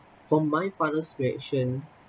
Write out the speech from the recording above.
for my father's reaction